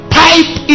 pipe